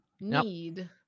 need